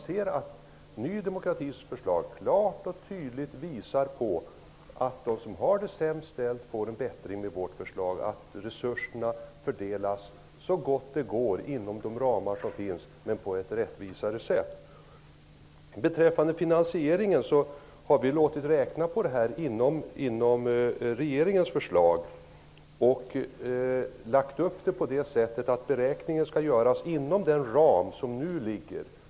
Det framgår klart och tydligt att villkoren för dem som har det sämst ställt förbättras med Ny demokratis förslag. Resurserna fördelas så gott det går inom de ramar som finns men på ett rättvisare sätt. Vi har låtit räkna på förslaget inom samma ramar som regeringens förslag nu har.